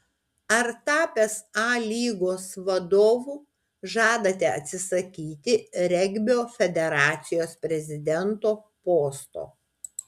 ar tapęs a lygos vadovu žadate atsisakyti regbio federacijos prezidento posto